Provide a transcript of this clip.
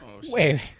Wait